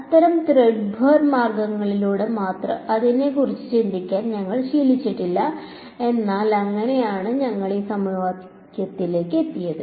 അത്തരം ത്രെഡ്ബേർ മാർഗങ്ങളിലൂടെ അതിനെക്കുറിച്ച് ചിന്തിക്കാൻ ഞങ്ങൾ ശീലിച്ചിട്ടില്ല എന്നാൽ അങ്ങനെയാണ് ഞങ്ങൾ ഈ സമവാക്യത്തിലെത്തിയത്